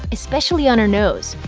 especially on her nose.